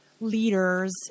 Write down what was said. leaders